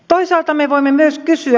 toisaalta me voimme myös kysyä